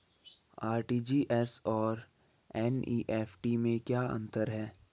RTGS और NEFT में क्या अंतर है?